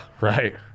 Right